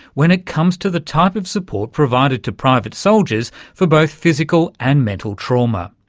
when it comes to the type of support provided to private soldiers for both physical and mental trauma.